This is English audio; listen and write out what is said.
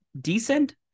decent